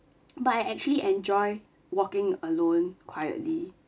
but I actually enjoy walking alone quietly